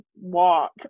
walk